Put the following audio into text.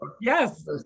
Yes